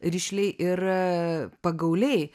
rišliai ir pagauliai